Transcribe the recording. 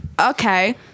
Okay